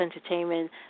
Entertainment